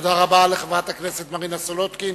תודה רבה לחברת הכנסת מרינה סולודקין.